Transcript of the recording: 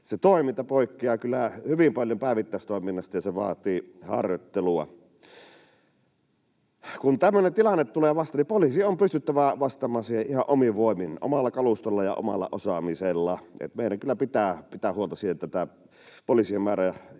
se toiminta poikkeaa kyllä hyvin paljon päivittäistoiminnasta ja se vaatii harjoittelua. Kun tämmöinen tilanne tulee vastaan, poliisin on pystyttävä vastaamaan siihen ihan omin voimin, omalla kalustolla ja omalla osaamisella, eli meidän kyllä pitää pitää huolta siitä, että poliisien määrä